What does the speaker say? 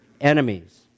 enemies